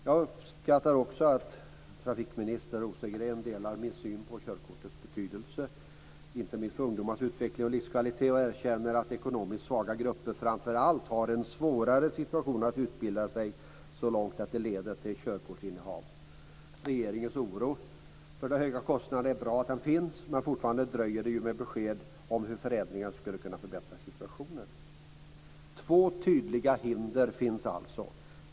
Jag uppskattar också att trafikminister Rosengren delar min syn på körkortets betydelse, inte minst när det gäller ungdomars utveckling och livskvalitet, och erkänner att framför allt ekonomiskt svaga grupper har en svårare situation när det gäller att utbilda sig så långt att det leder till ett körkortsinnehav. Det är bra att regeringens oro för den höga kostnaden finns. Men fortfarande dröjer man med besked om hur förändringar skulle kunna förbättra situationen. Det finns alltså två tydliga hinder.